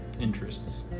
interests